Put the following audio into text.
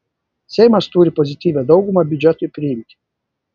seimas turi pozityvią daugumą biudžetui priimti